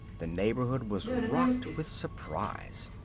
the neighborhood was rocked with surprise.